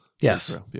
Yes